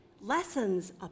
lessons